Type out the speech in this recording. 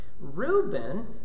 Reuben